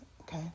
okay